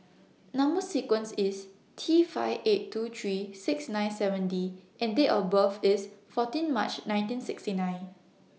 Number sequence IS T five eight two three six nine seven D and Date of birth IS fourteen March nineteen sixty nine